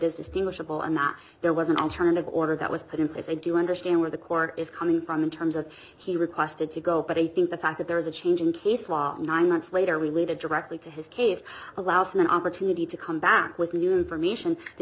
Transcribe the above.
distinguishable and that there was an alternative order that was put in place i do understand where the court is coming from in terms of he requested to go but i think the fact that there is a change in case law nine months later we waited directly to his case allows an opportunity to come back with new information th